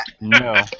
No